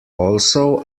also